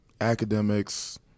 academics